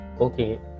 Okay